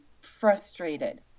frustrated